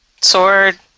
sword